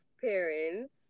parents